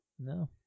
No